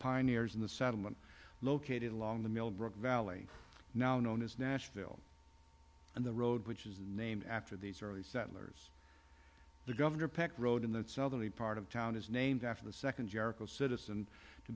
pioneers in the settlement located along the millbrook valley now known as nashville and the road which is named after these early settlers the governor packed road in the southern part of town is named after the second jericho citizen to